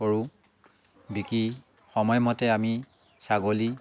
কৰোঁ বিক্ৰী সময়মতে আমি ছাগলী